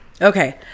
Okay